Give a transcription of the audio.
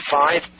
five